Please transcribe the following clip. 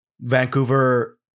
Vancouver